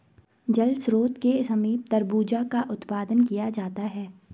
जल स्रोत के समीप तरबूजा का उत्पादन किया जाता है